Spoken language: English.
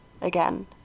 again